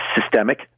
systemic